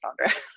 Sandra